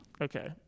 okay